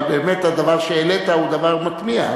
אבל באמת הדבר שהעלית הוא דבר מתמיה,